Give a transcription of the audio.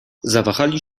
zawahali